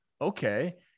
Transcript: okay